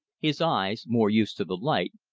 his eyes, more used to the light,